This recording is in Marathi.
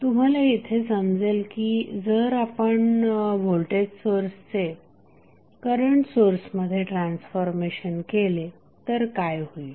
तुम्हाला येथे समजेल की जर आपण व्होल्टेज सोर्सचे करंट सोर्समध्ये ट्रान्सफॉर्मेशन केले तर काय होईल